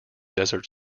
desert